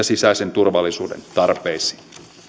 sisäisen turvallisuuden tarpeisiin